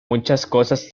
muchas